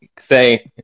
say